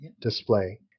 display